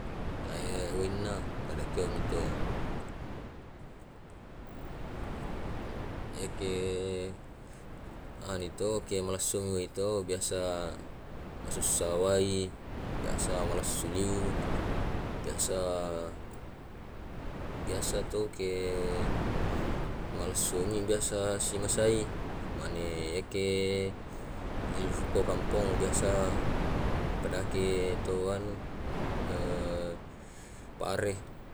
Tai wainna kede keo mi to eke ane to ke malessuni ane to ke biasa. Masussa wai, biasa malessui iu, biasa biasa to ke malessumi biasa si mesai. Mane yakke eh ko kukampong biasa kedake to anu pare